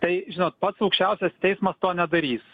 tai žinot pats aukščiausias teismas to nedarys